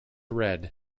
red